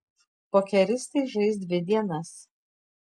pokeristai žais dvi dienas